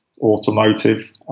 automotive